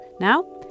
Now